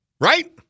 Right